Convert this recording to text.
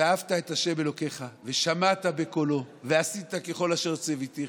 ואהבת את ה' אלוקיך ושמעת בקולו ועשית ככל אשר ציוויתיך,